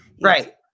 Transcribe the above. Right